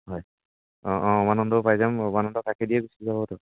হয় অঁ অঁ উমানন্দও পাই যাম উমানন্দৰ কাষেদিয়ে গুচিতো